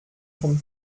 vom